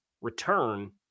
return